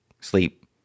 Sleep